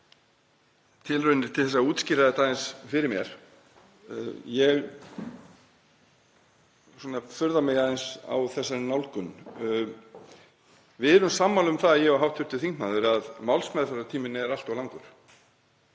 tilraunir til að útskýra þetta aðeins fyrir mér. Ég furða mig aðeins á þessari nálgun. Við erum sammála um það, ég og hv. þingmaður, að málsmeðferðartíminn er allt of langur.